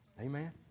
Amen